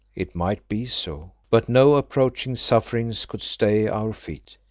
it might be so, but no approaching sufferings could stay our feet.